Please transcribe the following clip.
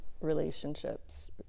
relationships